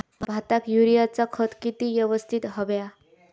भाताक युरियाचा खत किती यवस्तित हव्या?